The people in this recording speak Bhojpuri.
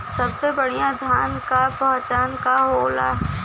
सबसे बढ़ियां धान का पहचान का होला?